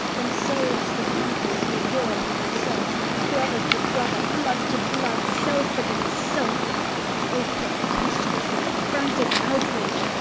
themselves, the conquerors make war upon themselves brother to brother, blood to blood, self against self o, preposterous and frantic outrage,